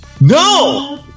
No